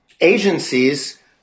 agencies